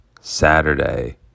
Saturday